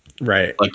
Right